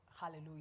Hallelujah